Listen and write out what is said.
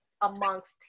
amongst